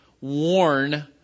warn